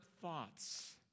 thoughts